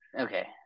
Okay